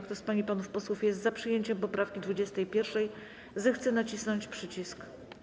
Kto z pań i panów posłów jest za przyjęciem poprawki 21., zechce nacisnąć przycisk.